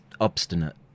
obstinate